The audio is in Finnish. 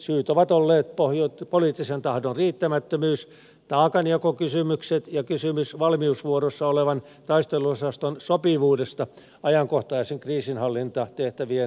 syyt ovat olleet poliittisen tahdon riittämättömyys taakanjakokysymykset ja kysymys valmiusvuorossa olevan taisteluosaston sopivuudesta ajankohtaisten kriisinhallintatehtävien hoitamiseen